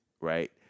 right